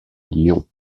lyon